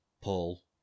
Paul